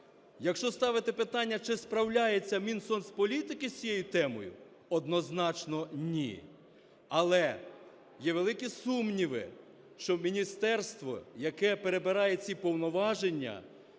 Якщо ставити питання, чи справляється Мінсоцполітики з цією темою, однозначно – ні. Але є великі сумніви, що міністерство, яке перебирає ці повноваження…